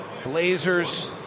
Blazers